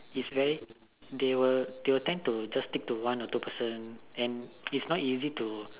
is very they will they will tend to stick to one or two person it's not very easy to